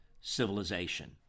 civilization